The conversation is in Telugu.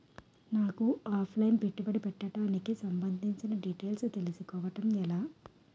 నాకు ఆఫ్ లైన్ పెట్టుబడి పెట్టడానికి సంబందించిన డీటైల్స్ తెలుసుకోవడం ఎలా?